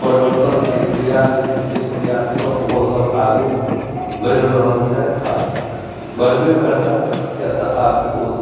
परिवर्तन छै प्रयास छै तै प्रयाससँ ओहो सब आगू बैढ़ रहल छथि आब बढ़बे करता किया तऽ आब ओ